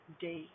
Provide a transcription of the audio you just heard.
day